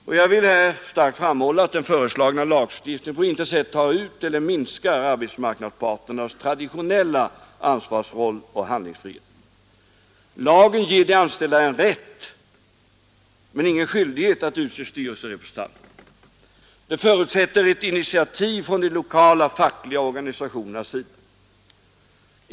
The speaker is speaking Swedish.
Och jag vill här starkt framhålla att den föreslagna lagstiftningen på intet sätt tar ut eller minskar arbetsmarknadsparternas traditionella roll och handlingsfrihet. Lagen ger de anställda en rätt men ingen skyldighet att utse styrelserepresentanter. Det förutsätter ett initiativ från de lokala fackliga organisationernas sida.